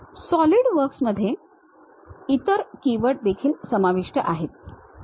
सॉलिडवर्क्समध्ये इतर कीवर्ड देखील समाविष्ट आहेत